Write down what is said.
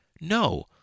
No